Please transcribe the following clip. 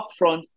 upfront